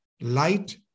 light